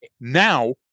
Now